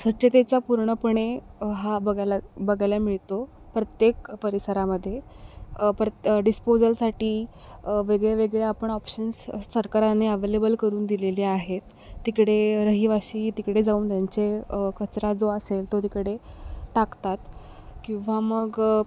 स्वच्छतेचा पूर्णपणे हा बघायला बघायला मिळतो प्रत्येक परिसरामध्ये परत डिस्पोजलसाठी वेगळे वेगळे आपण ऑप्शन्स सरकारने अवेलेबल करून दिलेली आहेत तिकडे रहिवासी तिकडे जाऊन त्यांचे कचरा जो असेल तो तिकडे टाकतात किंवा मग